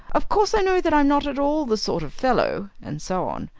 of course i know that i'm not at all the sort of fellow, and so on.